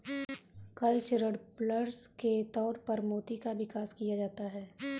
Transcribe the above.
cultured pearls के तौर पर मोती का विकास किया जाता है